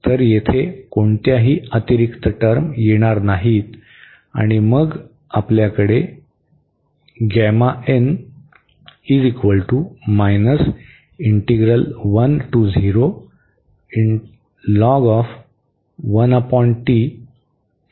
तर येथे कोणतीही अतिरिक्त टर्म येणार नाही आणि मग आपल्याकडे आहे